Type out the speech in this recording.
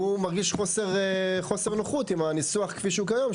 הוא מרגיש חוסר נוחות עם הניסוח כפי שהוא כיום,